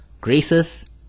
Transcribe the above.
graces